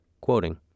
Quoting